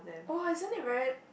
!wah! isn't it very